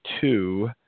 two